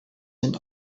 sein